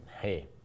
hey